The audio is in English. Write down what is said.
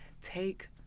take